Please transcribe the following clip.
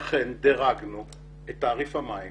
לכן דרגנו את תעריף המים